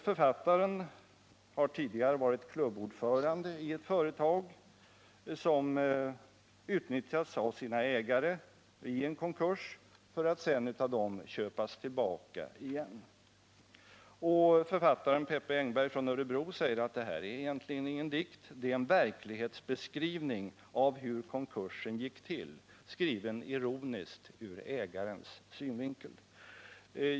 Författaren har tidigare varit klubbordförande i ett företag, som utnyttjats av sina ägare i en konkurs för att sedan av dem köpas tillbaka igen. Författaren Peppe Engberg från Örebro säger att det här egentligen inte är någon dikt. Det är en verklighetsbeskrivning av hur konkursen gick till, skriven ironiskt ur ägarens synvinkel.